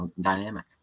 dynamic